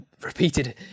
repeated